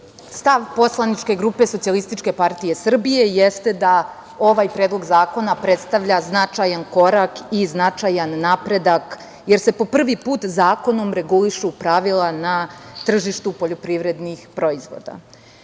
Stav poslaničke grupe SPS jeste da ovaj predlog zakona predstavlja značajan korak i značajan napredak, jer se prvi put zakonom regulišu pravila na tržištu poljoprivrednih proizvoda.Za